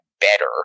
better